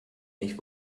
nicht